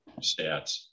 stats